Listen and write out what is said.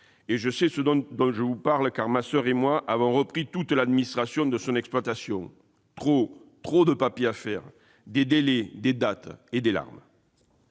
Et je sais ce dont je vous parle, car ma soeur et moi avons repris toute l'administration de son exploitation : trop de papiers à faire ; des délais, des dates et des larmes